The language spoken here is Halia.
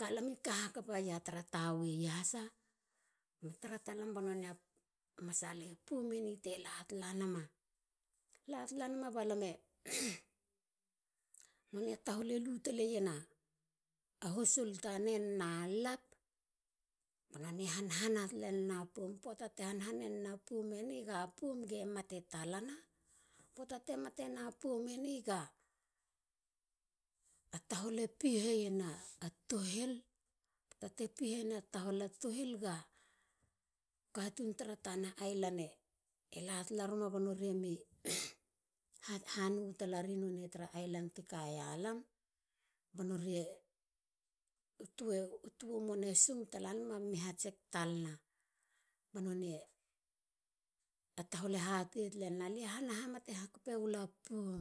Ga lam i ka hakapa ia tara tawa i iasa me tara talam ba nonei a masale poum eni te la talanama. la tala nama ba lame. nonei a tahol e lu tala iena husul tanen nu lap. ban nonei han hana tale nen a poum. poata te hane nena poum eni ga poum e mate talana. poata te mate na poum eni ga tahol e pihe iena tuhil. poata te pihena tahol a tuhil ga katun tara tana island e la talaruma ba nori temi han hanu tala nonei tara island ti kaia lam ba nori e. u tue. u mona sung tala nama banei mi tsek talna. ba nonei a tahol e hatei talenen. alie hana ha mate hakape gula poum.